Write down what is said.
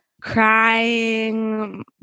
Crying